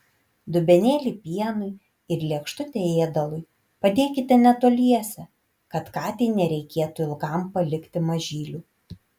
dubenėlį pienui ir lėkštutę ėdalui padėkite netoliese kad katei nereikėtų ilgam palikti mažylių